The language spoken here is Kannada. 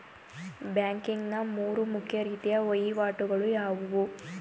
ಬ್ಯಾಂಕಿಂಗ್ ನ ಮೂರು ಮುಖ್ಯ ರೀತಿಯ ವಹಿವಾಟುಗಳು ಯಾವುವು?